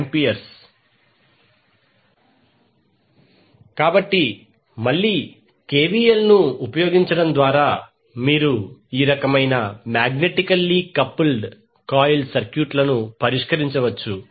39°A కాబట్టి మళ్ళీ కెవిఎల్ను ఉపయోగించడం ద్వారా మీరు ఈ రకమైన మాగ్నెటికల్లీ కపుల్డ్ కాయిల్ సర్క్యూట్లను పరిష్కరించవచ్చు